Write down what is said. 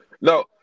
No